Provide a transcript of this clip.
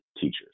teachers